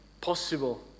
possible